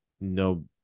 no